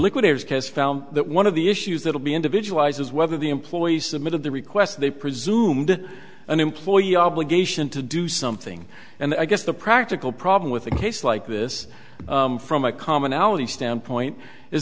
liquidators case found that one of the issues that will be individualized is whether the employee submitted the request they presumed an employee obligation to do something and i guess the practical problem with a case like this from a commonality standpoint is